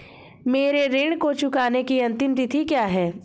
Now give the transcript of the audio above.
मेरे ऋण को चुकाने की अंतिम तिथि क्या है?